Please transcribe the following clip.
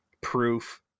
proof